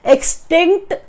Extinct